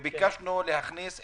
אבל אני רוצה להבין.